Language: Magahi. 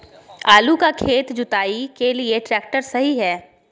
आलू का खेत जुताई के लिए ट्रैक्टर सही है?